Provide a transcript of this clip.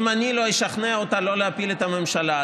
אם אני לא אשכנע אותה לא להפיל את הממשלה,